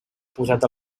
posat